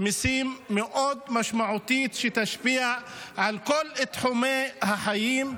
מיסים מאוד משמעותית, שתשפיע על כל תחומי החיים.